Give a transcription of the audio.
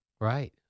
Right